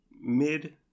mid